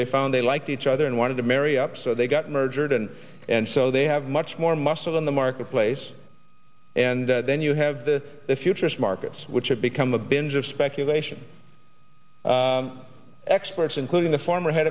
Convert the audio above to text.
they found they liked each other and wanted to marry up so they got merger didn't and so they have much more muscle in the marketplace and then you have the futures markets which have become a binge of speculation experts including the former head